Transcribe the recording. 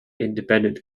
independent